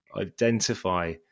identify